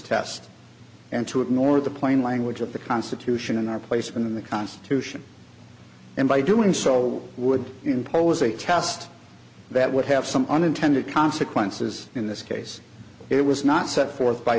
test and to ignore the plain language of the constitution in our place in the constitution and by doing so would impose a test that would have some unintended consequences in this case it was not set forth by